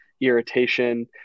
irritation